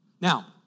Now